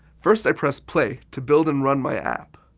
first, i press play to build and run my app.